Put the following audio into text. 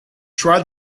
try